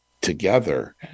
together